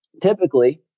Typically